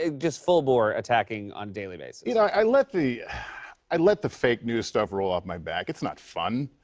just full bore attacking on a daily basis? you know, i let the i let the fake news stuff roll off my back. it's not fun.